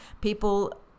people